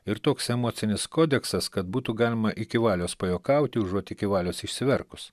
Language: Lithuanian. ir toks emocinis kodeksas kad būtų galima iki valios pajuokauti užuot iki valios išsiverkus